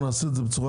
אנחנו נעשה את זה כך: